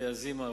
עלי עזימה,